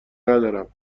ندارم